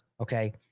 okay